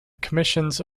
commissions